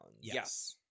Yes